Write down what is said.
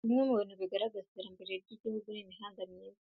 Kimwe mu bintu bigaragaza iterambere ry'igihugu ni imihanda myiza.